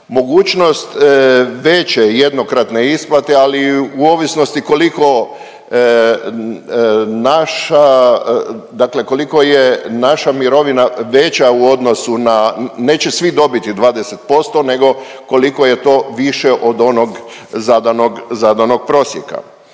Mogućnost veće jednokratne isplate, ali i u ovisnosti koliko naša, dakle koliko je naša mirovina veća u odnosu na, neće svi dobiti 20%, nego koliko je to više od onog zadanog prosjeka.